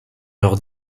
leur